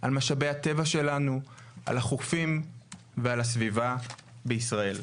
על משאבי הטבע שלנו, על החופים ועל הסביבה בישראל.